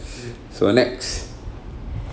so next